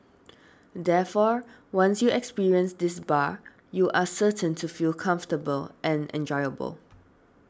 therefore once you experience this bar you are certain to feel comfortable and enjoyable